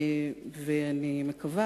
אני מקווה,